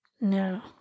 No